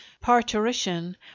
parturition